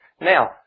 Now